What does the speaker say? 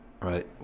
right